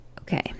Okay